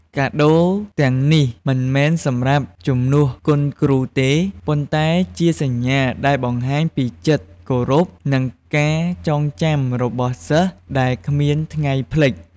កាដូរទាំងនេះមិនមែនសម្រាប់ជំនួសគុណគ្រូទេ ប៉ុន្តែជាសញ្ញា ដែលបង្ហាញពីចិត្តគោរព និងការចងចាំរបស់សិស្ស ដែលគ្មានថ្ងៃភ្លេច។